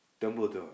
Dumbledore